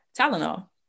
Tylenol